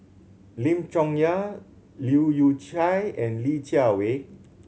Lim Chong Yah Leu Yew Chye and Li Jiawei